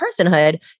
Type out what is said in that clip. personhood